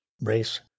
race